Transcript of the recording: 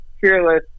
Fearless